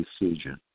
decision